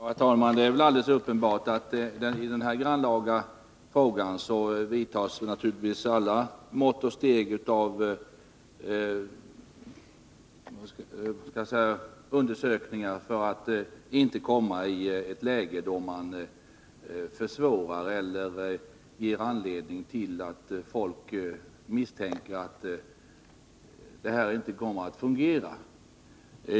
Herr talman! Det är alldeles uppenbart att man i denna grannlaga fråga undersöker alla möjligheter att inte komma i ett läge som ger anledning till misstanke att systemet inte kommer att fungera.